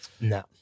No